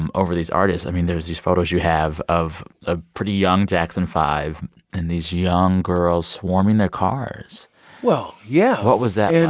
and over these artists. i mean, there's these photos you have of a pretty young jackson five and these young girls swarming their cars well, yeah what was that yeah